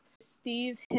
Steve